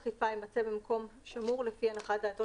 כרטיס אחזקה יימצא במקום שמור לפי הנחת דעתו